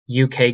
UK